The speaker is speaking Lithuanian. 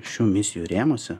šių misijų rėmuose